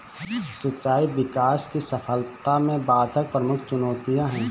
सिंचाई विकास की सफलता में बाधक प्रमुख चुनौतियाँ है